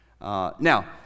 Now